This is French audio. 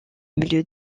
milieu